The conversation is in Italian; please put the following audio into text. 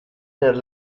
per